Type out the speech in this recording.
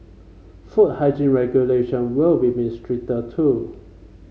food hygiene regulation will be made stricter too